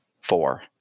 four